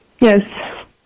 Yes